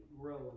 grows